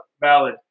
valid